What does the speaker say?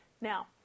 Now